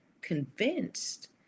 convinced